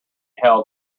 held